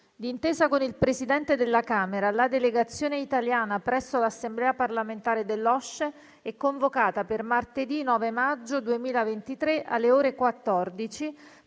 D'intesa con il Presidente della Camera, la Delegazione italiana presso l'Assemblea parlamentare dell'OSCE è convocata per martedì 9 maggio 2023, alle ore 14,